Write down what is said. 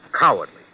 cowardly